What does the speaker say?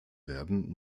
werden